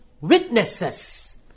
witnesses